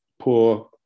poor